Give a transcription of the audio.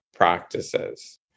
practices